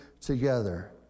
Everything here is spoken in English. together